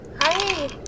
Hi